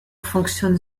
fonctionne